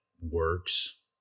works